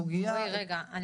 רועי, רגע.